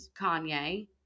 kanye